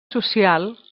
social